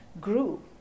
grew